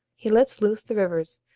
he lets loose the rivers,